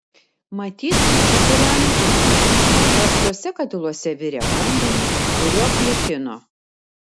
matyt čia kūreno ugnį rastuose katiluose virė vandenį kuriuo plikino